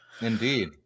Indeed